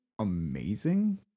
amazing